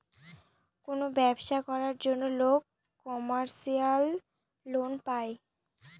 কোনো ব্যবসা করার জন্য লোক কমার্শিয়াল লোন পায়